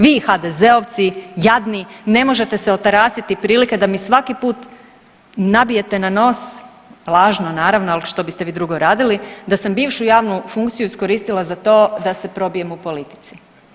Vi HDZ-ovci jadni ne možete se otarasiti prilike da mi svaki put nabijete na nos lažno naravno, ali što biste vi drugo radili da sam bivšu javnu funkciju iskoristila za to da se probijem u politici.